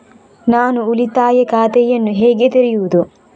ನಾನು ಉಳಿತಾಯ ಖಾತೆಯನ್ನು ಹೇಗೆ ತೆರೆಯುದು?